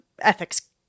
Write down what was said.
ethics